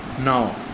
now